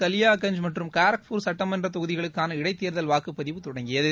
கலியாகஞ்ச் மற்றும் காரக்பூர் சுட்டமன்றத் தொகுதிகளுக்கான இடைத் தேர்தல் வாக்குப்பதிவு தொடங்கியது